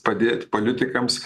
padėti politikams